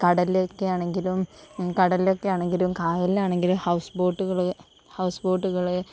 കടലൊക്കെ ആണെങ്കിലും കടലിൽ ഒക്കെ ആണെങ്കിലും കായലിൽ ആണെങ്കിലും ഹൗസ് ബോട്ടുകള് ഹൗസ് ബോട്ടുകള്